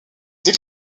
des